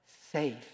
safe